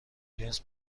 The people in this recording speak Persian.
جنس